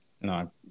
No